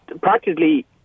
practically